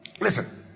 Listen